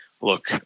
look